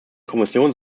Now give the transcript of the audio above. kommission